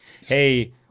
hey